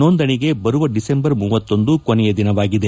ನೋಂದಣಿಗೆ ಬರುವ ಡಿಸೆಂಬರ್ ಕೊನೆಯ ದಿನವಾಗಿದೆ